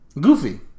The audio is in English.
Goofy